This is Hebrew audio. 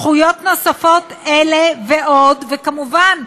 זכויות נוספות, אלה ועוד, וכמובן,